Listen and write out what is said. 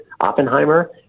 Oppenheimer